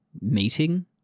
meeting